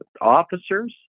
officers